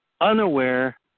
unaware